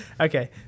Okay